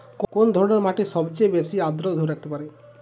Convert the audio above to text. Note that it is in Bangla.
কোন ধরনের মাটি সবচেয়ে বেশি আর্দ্রতা ধরে রাখতে পারে?